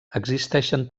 existeixen